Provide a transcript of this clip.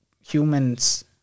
humans